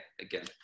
again